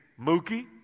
Mookie